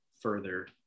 further